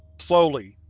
slowly,